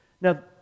Now